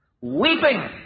weeping